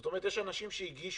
זאת אומרת, יש אנשים שהגישו